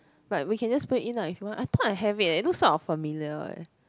but we just put it in lah if you want I thought I have it eh looks sort of familiar eh